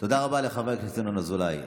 תודה רבה לחבר הכנסת ינון אזולאי.